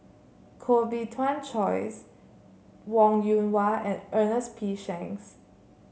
Koh Bee Tuan Joyce Wong Yoon Wah and Ernest P Shanks